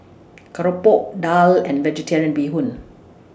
Keropok Daal and Vegetarian Bee Hoon